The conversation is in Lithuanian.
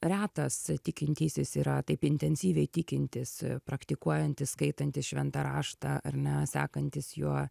retas tikintysis yra taip intensyviai tikintis praktikuojantis skaitantis šventą raštą ar ne sekantis juo